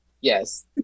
Yes